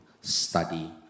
study